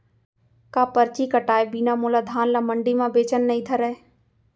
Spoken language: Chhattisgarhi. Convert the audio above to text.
का परची कटाय बिना मोला धान ल मंडी म बेचन नई धरय?